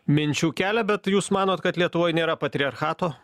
minčių kelia bet jūs manot kad lietuvoj nėra patriarchato